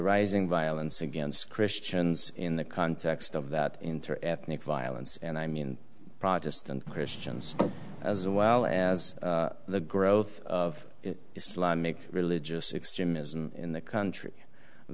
rising violence against christians in the context of that interethnic violence and i mean protestant christians as well as the growth of islamic religious extremism in the country